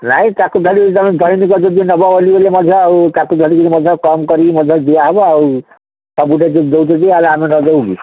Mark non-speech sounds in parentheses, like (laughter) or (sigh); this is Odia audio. ନାଇଁ ତାକୁ ଧିରିକି ତୁମେ (unintelligible) କର ଯଦି ନେବ ବୋଲି ବୋଲି ମଧ୍ୟ ଆଉ ତାକୁ ଧରିକିରି ମଧ୍ୟ କମ କରିକି ମଧ୍ୟ ଦିଆହେବ ଆଉ ସବୁଠି ଯିଏ ଦେଉଛନ୍ତି ଆ ଆମେ ନଦେବୁ କି